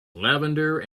lavender